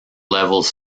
levels